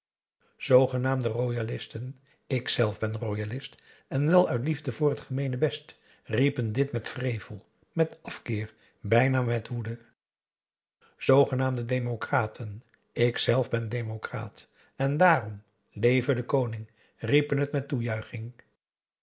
zoogenaamde royalisten ikzelf ben royalist en wel uit lîefde voor t gemeenebest riepen dit met wrevel met afkeer bijna met woede zoogenaamde demokraten ikzelf ben demokraat en daarom leve de koning riepen het met